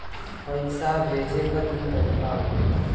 पइसा भेजे क तीन तरीका हउवे